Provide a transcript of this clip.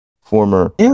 former